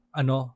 ano